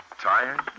tired